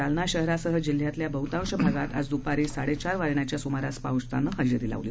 जालना शहरासह जिल्ह्यातल्या बहुतांश भागात आज दुपारी चारवाजेच्या सुमारास पावसानं हजेरी लावली